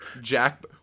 jack